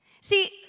See